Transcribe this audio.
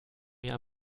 mir